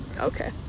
okay